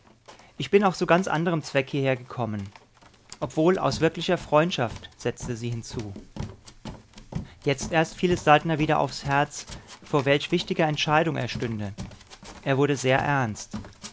ich bin ja auch zu ganz anderem zweck hierhergekommen obwohl aus wirklicher freundschaft setzte sie hinzu jetzt erst fiel es saltner wieder aufs herz vor welch wichtiger entscheidung er stünde er wurde sehr ernst